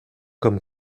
comme